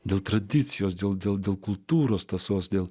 dėl tradicijos dėl dėl kultūros tąsos dėl